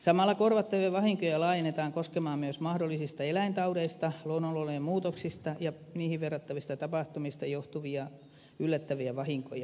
samalla korvattavia vahinkoja laajennetaan koskemaan myös mahdollisista eläintaudeista luonnonolojen muutoksista ja niihin verrattavista tapahtumista johtuvia yllättäviä vahinkoja